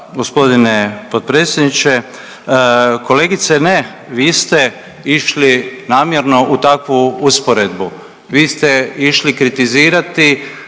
g. potpredsjedniče. Kolegice ne, vi ste išli namjerno u takvu usporedbu, vi ste išli kritizirati